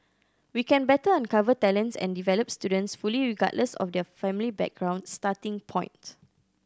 we can better uncover talents and develop students fully regardless of their family background starting point